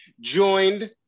joined